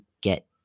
get